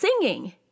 singing